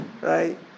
right